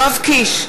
יואב קיש,